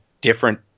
different